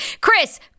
Chris